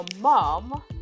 mom